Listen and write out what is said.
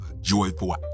joyful